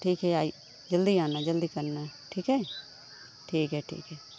ठीक है आइए जल्दी आना जल्दी करना ठीक है ठीक है ठीक है